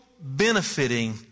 benefiting